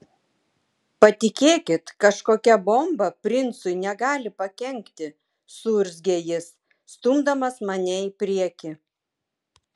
patikėkit kažkokia bomba princui negali pakenkti suurzgė jis stumdamas mane į priekį